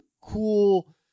cool